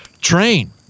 train